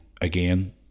again